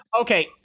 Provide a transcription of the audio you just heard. Okay